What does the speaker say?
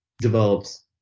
develops